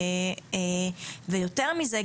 יותר מזה,